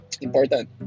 important